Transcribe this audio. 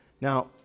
Now